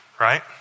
right